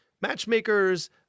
matchmakers